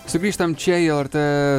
sugrįžtam čia į lrt